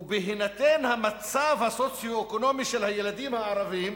ובהינתן המצב הסוציו-אקונומי של הילדים הערבים,